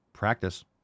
practice